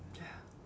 ya